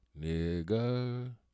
nigga